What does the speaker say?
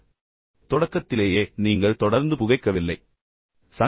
நீங்கள் தொடங்கிய நாளிலேயே தொடர்ந்து புகைப்பிடிப்பவராக மாறவில்லை